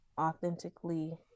authentically